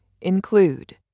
include